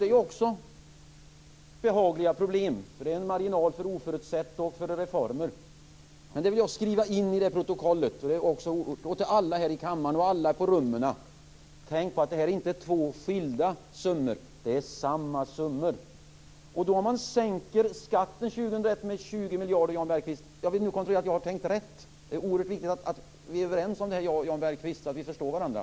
Det är också behagliga problem. Det är en marginal för oförutsett och för reformer. Men jag vill skriva in i det här protokollet och säga till alla här i kammaren och till alla på rummen: Tänk på att det här inte är två skilda summor! Det är samma summor. Jag vill nu kontrollera att jag har tänkt rätt, Jan Bergqvist. Det är oerhört viktigt att jag och Jan Bergqvist är överens om detta, så att vi förstår varandra.